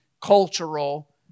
cultural